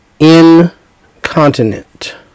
incontinent